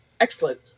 excellent